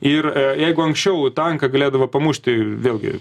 ir jeigu anksčiau tanką galėdavo pamušti vėlgi